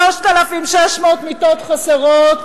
3,600 מיטות חסרות,